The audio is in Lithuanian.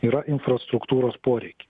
yra infrastruktūros poreikiai